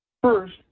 First